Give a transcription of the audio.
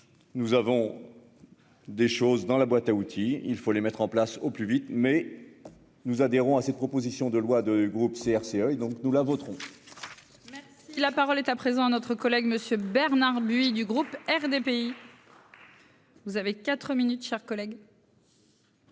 Nous avons. Des choses dans la boîte à outils, il faut les mettre en place au plus vite mais. Nous adhérons à cette proposition de loi de groupe CRCE et donc nous la vôtre. Même. Si la parole est à présent à notre collègue Monsieur Bernard buis du groupe RDPI.-- Vous avez 4 minutes, chers collègues.